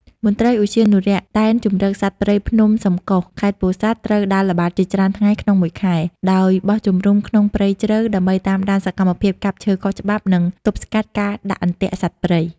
មន្ត្រីឧទ្យានុរក្សនៅ ដែនជម្រកសត្វព្រៃភ្នំសំកុស ខេត្តពោធិ៍សាត់ ត្រូវដើរល្បាតជាច្រើនថ្ងៃក្នុងមួយខែ ដោយបោះជំរំក្នុងព្រៃជ្រៅ ដើម្បីតាមដានសកម្មភាពកាប់ឈើខុសច្បាប់ និងទប់ស្កាត់ការដាក់អន្ទាក់សត្វព្រៃ។